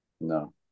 No